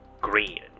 green